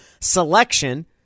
selection